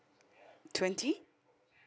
twenty